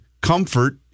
comfort